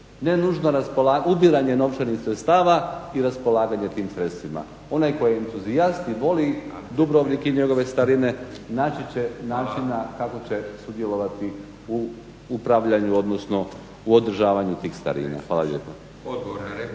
ne nužno ubiranje novčanih sredstava i raspolaganje tim sredstvima. Onaj tko je entuzijast i voli Dubrovnik i njegove starine naći će načina kako će sudjelovati u upravljanju odnosno u održavanju tih starina. Hvala lijepa.